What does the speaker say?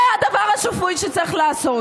זה הדבר השפוי שצריך לעשות.